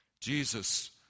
Jesus